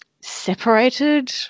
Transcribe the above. separated